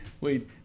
wait